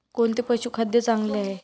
कोणते पशुखाद्य चांगले आहे?